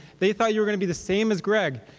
they thought you were going to be the same as gregg,